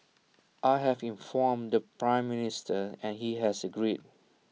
I have informed the Prime Minister and he has agreed